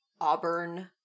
auburn-